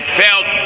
felt